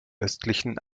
östlichen